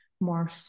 more